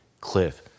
Cliff